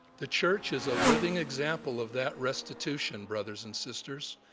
the church is a living example of that restitution, brothers and sisters,